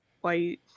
white